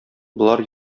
болар